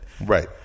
Right